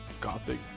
gothic